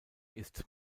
ist